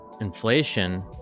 inflation